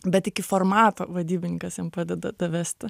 bet iki formato vadybininkas jam padeda vest